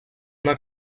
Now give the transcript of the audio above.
una